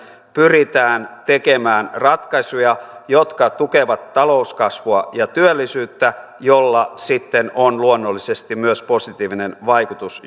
pyritään tekemään ratkaisuja jotka tukevat talouskasvua ja työllisyyttä millä sitten on luonnollisesti myös positiivinen vaikutus